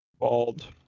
Bald